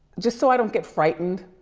just so i don't get frightened.